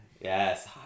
yes